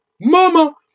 Mama